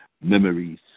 Memories